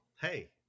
hey